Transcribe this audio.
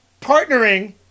partnering